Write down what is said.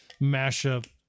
mashup